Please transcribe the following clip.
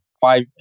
five